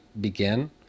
begin